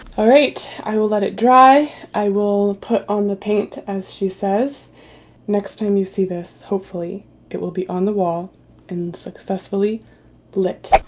i will let it dry i will put on the paint as she says next time you see this hopefully it will be on the wall and successfully lit